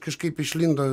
kažkaip išlindo